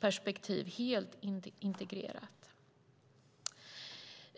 perspektiv helt integrerat.